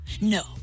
no